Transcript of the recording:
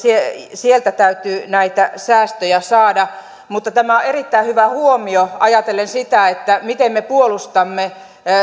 sieltä täytyy näitä säästöjä saada mutta tämä on erittäin hyvä huomio ajatellen sitä miten me puolustamme